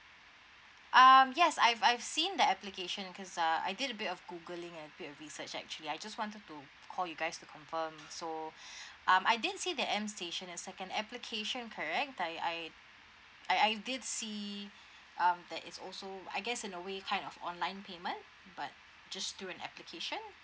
um yes I've I've seen the application cause uh I did a bit of googling and few research actually I just wanted to call you guys to confirm so um I didn't see the m station the second application correct I I I I did see um there is also I guess in a way kind of online payment but just through an application